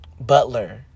Butler